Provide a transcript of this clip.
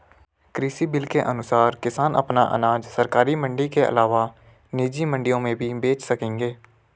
कृषि बिल के अनुसार किसान अपना अनाज सरकारी मंडी के अलावा निजी मंडियों में भी बेच सकेंगे